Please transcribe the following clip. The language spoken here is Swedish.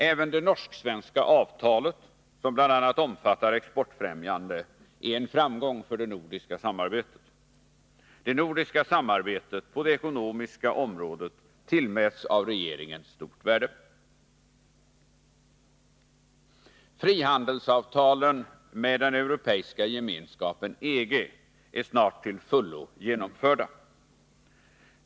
Även det norsk-svenska avtalet, som bl.a. omfattar exportfrämjande, är en framgång för det nordiska samarbetet. Det nordiska samarbetet på det ekonomiska området tillmäts av regeringen ett stort värde. Frihandelsavtalen med den europeiska gemenskapen EG är snart till fullo genomförda.